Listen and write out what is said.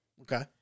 Okay